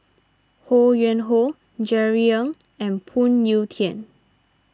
Ho Yuen Hoe Jerry Ng and Phoon Yew Tien